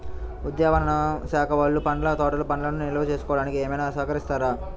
ఉద్యానవన శాఖ వాళ్ళు పండ్ల తోటలు పండ్లను నిల్వ చేసుకోవడానికి ఏమైనా సహకరిస్తారా?